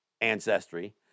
ancestry